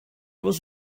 was